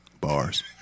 Bars